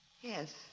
Yes